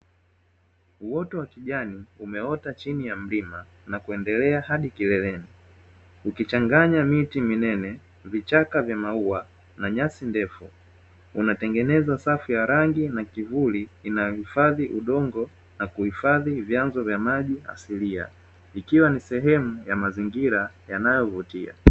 Uoto wa kijani umeota chini ya mlima na kuendelea hadi kileleni, ukichanganya miti mnene vichaka vya maua na nyasi ndefu umetengenezwa safu ya rangi na kivuli inahifadhi udongo na kuhifadhi vyanzo vya maji asilia ikiwa ni sehemu ya mazingira yanayovutia.